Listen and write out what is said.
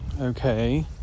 okay